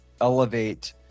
elevate